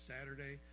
Saturday